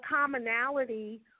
commonality